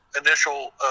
initial